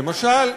למשל.